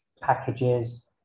packages